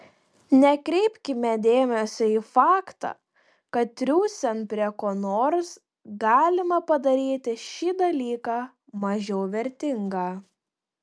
nekreipkime dėmesio į faktą kad triūsiant prie ko nors galima padaryti šį dalyką mažiau vertingą